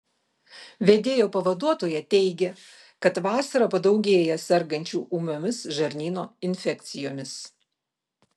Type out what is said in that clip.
vedėjo pavaduotoja teigė kad vasarą padaugėja sergančių ūmiomis žarnyno infekcijomis